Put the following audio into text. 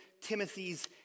Timothy's